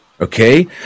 okay